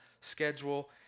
schedule